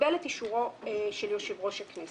קיבל את אישורו של יושב-ראש הכנסת.